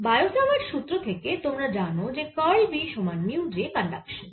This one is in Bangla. বায়ো স্যাভার্ট সুত্র থেকে তোমরা জানো যে কার্ল B সমান মিউ J কন্ডাকশান